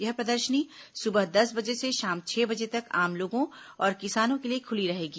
यह प्रदर्शनी सुबह दस बजे से शाम छह बजे तक आम लोगों और किसानों के लिए खुली रहेगी